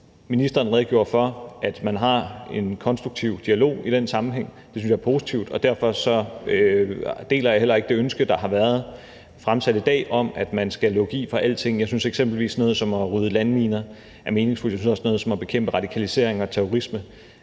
Ministeren redegjorde for, at man har en konstruktiv dialog i den sammenhæng. Det synes jeg er positivt, og derfor deler jeg heller ikke det ønske, der har været fremsat i dag, om, at man skal lukke i for alting. Jeg synes eksempelvis, at sådan noget som at rydde landminer er meningsfyldt, og jeg synes også, at sådan noget som at bekæmpe radikalisering og terrorisme